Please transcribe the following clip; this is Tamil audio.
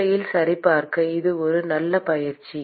உண்மையில் சரிபார்க்க இது ஒரு நல்ல பயிற்சி